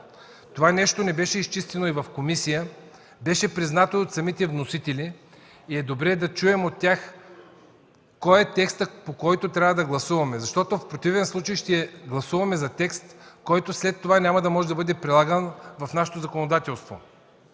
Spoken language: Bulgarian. Това нещо не беше изчистено и в комисията. Беше признато от самите вносители и е добре да чуем от тях кой е текстът, по който трябва да гласуваме, защото в противен случай ще гласуваме за текст, който след това няма да може да бъде прилаган в нашето законодателство.